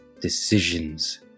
decisions